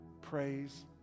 praise